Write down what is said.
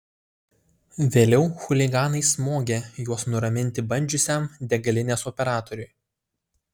vėliau chuliganai smogė juos nuraminti bandžiusiam degalinės operatoriui